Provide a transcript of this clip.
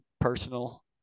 personal